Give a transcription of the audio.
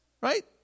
Right